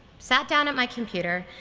sat down at my computer,